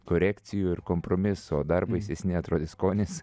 korekcijų ir kompromisų o dar baisesni atrodė skonis